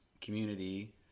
community